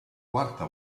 quarta